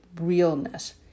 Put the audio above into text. realness